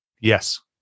Yes